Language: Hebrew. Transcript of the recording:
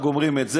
רק גומרים את זה,